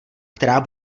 která